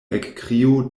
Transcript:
ekkrio